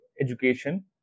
education